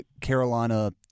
Carolina